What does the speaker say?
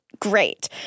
Great